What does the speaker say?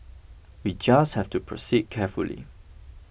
we just have to proceed carefully